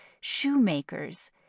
shoemakers